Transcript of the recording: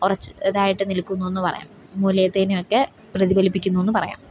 ഉറച്ച് ഇതായിട്ട് നിൽക്കുന്നുവെന്ന് പറയാം മൂല്യത്തിനെയൊക്കെ പ്രതിഫലിപ്പിക്കുന്നുവെന്ന് പറയാം